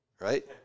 right